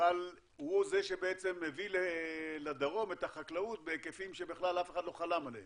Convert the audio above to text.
אבל הוא זה שהביא לדרום את החקלאות בהיקפים שבכלל אף אחד לא חלם עליהם.